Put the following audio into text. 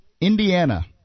Indiana